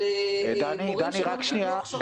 על מורים שלא קיבלו הכשרה,